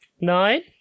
nine